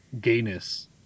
gayness